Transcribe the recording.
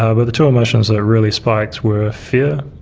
ah but the two emotions that really spiked were fear,